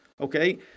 Okay